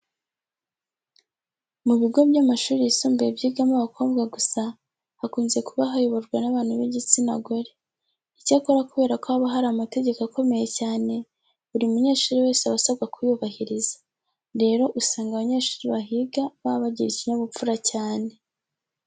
Mu bigo by'amashuri yisumbuye byigamo abakobwa gusa hakunze kuba hayoborwa n'abantu b'igitsina gore. Icyakora kubera ko haba hari amategeko akomeye cyane, buri munyeshuri wese aba asabwa kuyubahiriza. Rero usanga abanyeshuri bahiga baba bagira ikinyabupfura cyane.